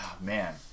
man